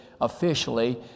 officially